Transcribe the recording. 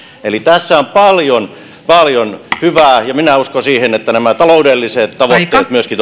eli tässä on paljon paljon hyvää ja minä uskon siihen että nämä taloudelliset tavoitteet myöskin